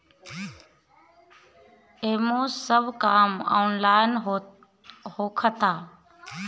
एमे सब काम ऑनलाइन होखता